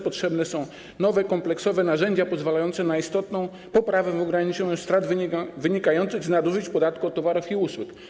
Potrzebne są nowe, kompleksowe narzędzia pozwalające na istotną poprawę w ograniczeniu strat wynikających z nadużyć w zakresie podatku od towarów i usług.